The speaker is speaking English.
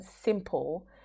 simple